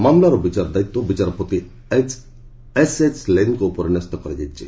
ମାମଲାର ବିଚାର ଦାୟିତ୍ୱ ବିଚାରପତି ଏସ୍ଏଚ୍ ଲେନ୍ଙ୍କ ଉପରେ ନ୍ୟସ୍ତ କରାଯାଇଛି